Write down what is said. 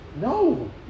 No